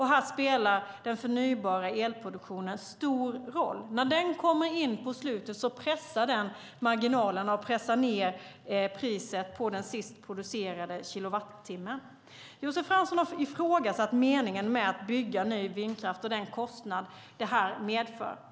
Här spelar den förnybara elproduktionen stor roll. När den kommer in på slutet pressar den marginalerna och pressar ned priset på den sist producerade kilowattimmen. Josef Fransson har ifrågasatt meningen med att bygga ny vindkraft och den kostnad det medför.